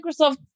Microsoft